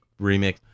remix